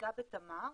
מחזיקה בתמר,